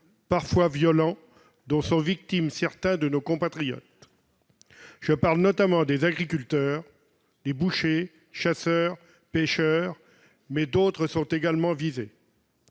parfois violents, dont sont victimes certains de nos compatriotes. Je pense notamment aux agriculteurs, aux bouchers, aux chasseurs et aux pêcheurs, mais d'autres sont également visés.